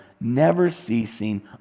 never-ceasing